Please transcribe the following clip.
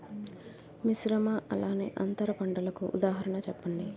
మిశ్రమ అలానే అంతర పంటలకు ఉదాహరణ చెప్పండి?